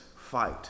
fight